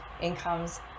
incomes